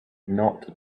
not